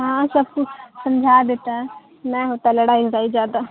ہاں سب کچھ سمجھا دیتا ہے نہیں ہوتا لڑائ وڑائی زیادہ